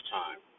time